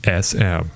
SM